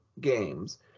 games